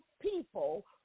people